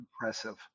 impressive